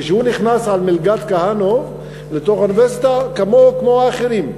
כשהוא נכנס על מלגת כהנוף לתוך האוניברסיטה כמוהו כמו האחרים,